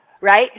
right